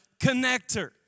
connector